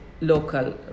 local